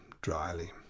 dryly